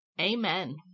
Amen